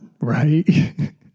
right